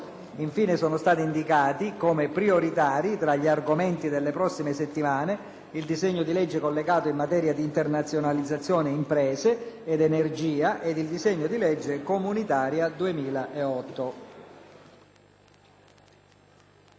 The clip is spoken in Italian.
Infine, sono stati indicati come prioritari tra gli argomenti delle prossime settimane il disegno di legge collegato in materia di internazionalizzazione imprese ed energia e il disegno di legge comunitaria 2008.